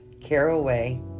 caraway